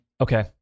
Okay